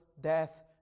death